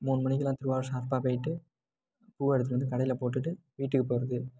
மூணு மணிக்கெலாம் திருவாரூர் ஷார்ப்பாக போய்ட்டு பூவை எடுத்துட்டு வந்து கடையில் போட்டுட்டு வீட்டுக்கு போகிறது